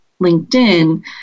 LinkedIn